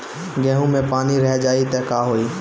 गेंहू मे पानी रह जाई त का होई?